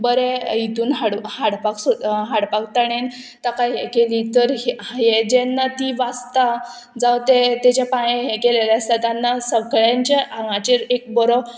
बरें हितून हाड हाडपाक सो हाडपाक ताणें ताका हें केली तर हे जेन्ना ती वाचता जावं ते ताजे पांय हे केलेले आसता तेन्ना सगळ्यांच्या हांगाचेर एक बरो